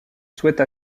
souhaite